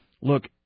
look